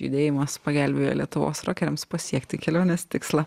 judėjimas pagelbėjo lietuvos rokeriams pasiekti kelionės tikslą